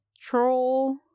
troll